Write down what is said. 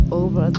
over